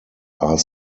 are